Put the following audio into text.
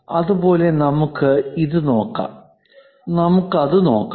അതുപോലെ നമുക്ക് ഇത് നോക്കാം നമുക്ക് അത് നോക്കാം